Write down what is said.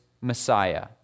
Messiah